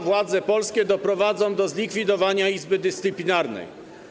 Władze polskie doprowadzą do zlikwidowania Izby Dyscyplinarnej.